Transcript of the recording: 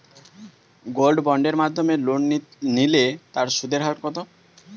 Gold বন্ডের মাধ্যমে loan নিলে তার সুদের হার কত?